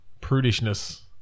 prudishness